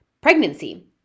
pregnancy